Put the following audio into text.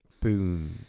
Boom